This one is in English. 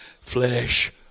flesh